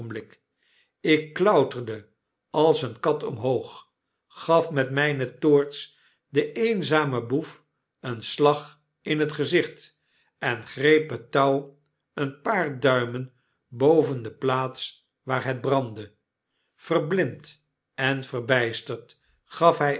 ik klauterde als eene kat omhoog gaf met myne toorts den eenzamen boef een slag in het gezicht en greep het touw een paar duimen boven deplaats waar het brandde verblind en verbysterd gaf hy